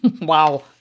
Wow